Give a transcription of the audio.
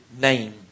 name